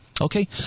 Okay